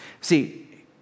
See